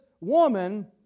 woman